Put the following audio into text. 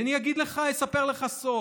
אני אגיד לך, אספר לך סוד: